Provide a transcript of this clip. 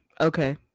Okay